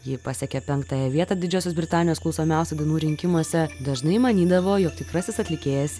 ji pasiekė penktąją vietą didžiosios britanijos klausomiausių dainų rinkimuose dažnai manydavo jog tikrasis atlikėjas